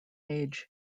age